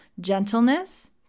gentleness